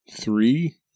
Three